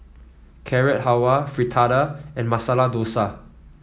Carrot Halwa Fritada and Masala Dosa